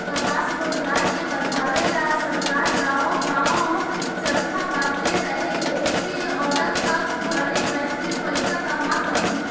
कपास रोजगार के बढ़ावे ला सरकार गांवे गांवे चरखा बटले रहे एसे औरत सभ घरे बैठले पईसा कमा सन